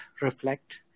reflect